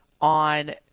on